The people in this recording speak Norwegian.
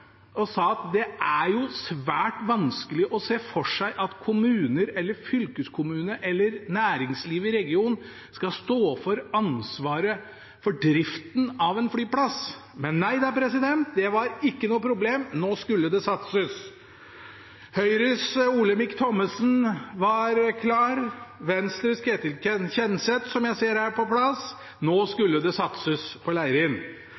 og sa at det er svært vanskelig å se for seg at kommuner eller fylkeskommuner eller næringslivet i regionen skal stå for ansvaret for driften av en flyplass. Men nei da, det var ikke noe problem, nå skulle det satses. Høyres Olemic Thommessen var klar. Venstres Ketil Kjenseth, som jeg ser er på plass, var klar på at nå skulle det satses på